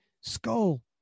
Skull